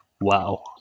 wow